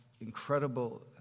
incredible